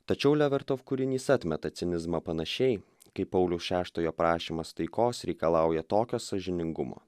tačiau levartof kūrinys atmeta cinizmą panašiai kaip pauliaus šeštojo prašymas taikos reikalauja tokio sąžiningumo